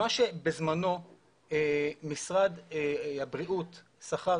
מה שבזמנו משרד הבריאות שכר,